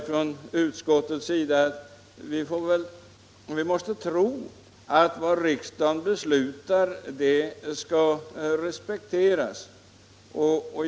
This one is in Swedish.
Från utskottets sida måste vi tro att riksdagens beslut respekteras.